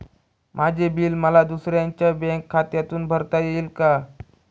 माझे बिल मला दुसऱ्यांच्या बँक खात्यातून भरता येईल का?